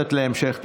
הכנסת להמשך טיפול.